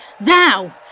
Thou